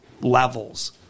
levels